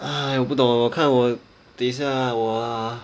我不懂我看我等一下我